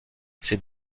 ces